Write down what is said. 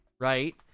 right